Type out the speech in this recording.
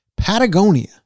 patagonia